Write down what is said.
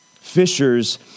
fishers